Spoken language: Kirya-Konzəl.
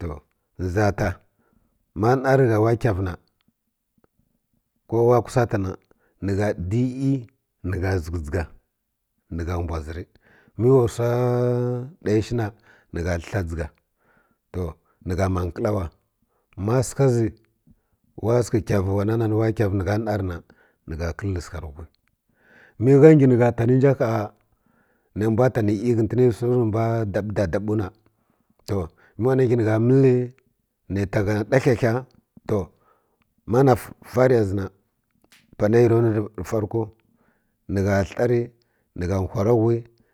to ni ʒa ta ma narə gha wa kəvə na ko wa kusa ta na ni gha di iyi ni gha zigə dʒiga nə gha mbwaziri mə wa wsa ɗayi shi na nə gha tki dʒiga to nə gha mma mkəlawa ma səkə zi va səkə kəvə ira na nari na ni gha kəli səkə rə whwi mə gha ngi ni gha ta ni zha ha nə mbw ni gha ta ni zha ha nə mbw ta ghə ni iyi nə mbw dabi dabiwu na to mə wa na ngi nə ta gha na ɗa ha ha ma na fari zi na pana rə ya ra nuwi farko ni gha elari ni gha whwa ra whi